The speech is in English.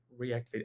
reactivate